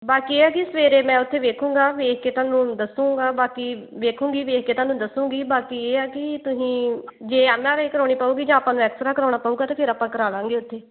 ਬਾਕੀ ਇਹ ਕਿ ਸਵੇਰੇ ਮੈਂ ਉੱਥੇ ਦੇਖੂੰਗਾ ਦੇਖ ਕੇ ਤੁਹਾਨੂੰ ਦੱਸੂੰਗਾ ਬਾਕੀ ਦੇਖੂੰਗੀ ਦੇਖ ਕੇ ਤੁਹਾਨੂੰ ਦੱਸੂੰਗੀ ਬਾਕੀ ਇਹ ਆ ਕਿ ਤੁਸੀਂ ਜੇ ਐੱਮ ਆਰ ਆਈ ਕਰਵਾਉਣੀ ਪਊਗੀ ਜਾਂ ਆਪਾਂ ਨੂੰ ਐਕਸਰਾ ਕਰਵਾਉਣਾ ਪਊਗਾ ਤਾਂ ਫਿਰ ਆਪਾਂ ਕਰਾ ਲਾਂਗੇ ਉੱਥੇ